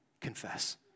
confess